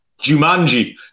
Jumanji